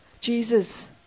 Jesus